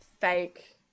fake